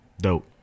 Dope